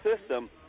system